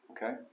Okay